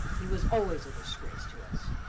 he was always a disgrace to us.